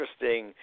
interesting